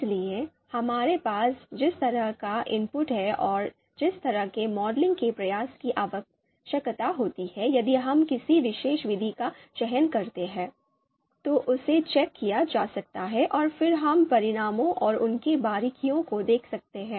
इसलिए हमारे पास जिस तरह का इनपुट है और जिस तरह के मॉडलिंग के प्रयास की आवश्यकता होती है यदि हम किसी विशेष विधि का चयन करते हैं तो उसे चेक किया जा सकता है और फिर हम परिणामों और उनकी बारीकियों को देख सकते हैं